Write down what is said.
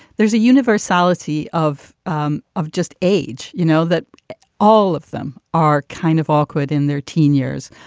there's a universal policy of um of just age, you know, that all of them are kind of awkward in their teen years.